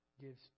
gives